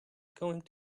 going